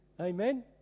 Amen